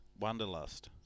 Wonderlust